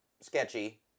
sketchy